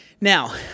Now